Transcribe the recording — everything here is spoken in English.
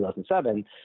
2007